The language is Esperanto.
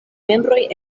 membroj